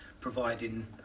providing